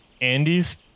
Andy's